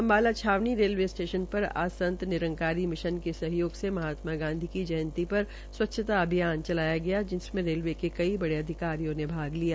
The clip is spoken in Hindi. अम्बाला छावनी रेलवे स्टेश्न र आज संत निरंकारी मिशन के सहयोग से महात्मा गाधी की जयंती र स्वच्छता अभियान चलाया गया जिसमें रेलवे के कई बड़े अधिकारियों ने भाग लिया